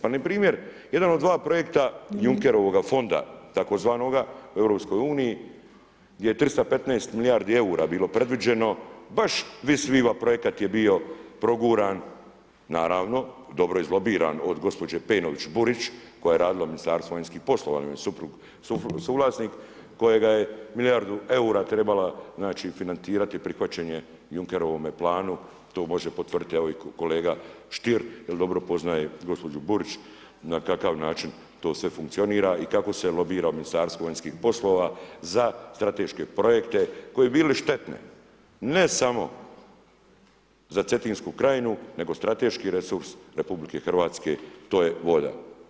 Pa npr. jedan od 2 projekta Junckerovoga fonda, tzv. u EU, gdje je 315 milijardi eura bilo predviđeno, baš … projekat je bio proguran naravno, dobro iz lobiran od gospođe Pejnović Burić, koja je radila u Ministarstvu vanjskih poslova, njen suprug je suvlasnik, kojega je milijardu eura trebala financirati prihvaćenje Junckerovome planu, to može potvrditi i kolega Stier, jer dobro poznaje gospođu Burić, na kakav način to sve funkcionira i kako se lobira u Ministarstvu vanjskih poslova, za strateške projekte koje su bile štetne, ne samo za Cetinsku krajnju, nego strateški resurs RH, to je volja.